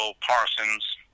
Parsons